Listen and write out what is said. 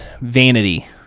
vanity